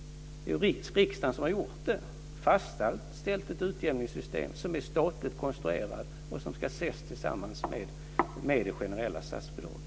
Det är ju riksdagen som har fastställt ett utjämningssystem som är statligt konstruerat och som ska ses tillsammans med det generella statsbidraget.